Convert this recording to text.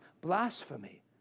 blasphemy